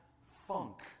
funk